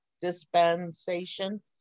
dispensation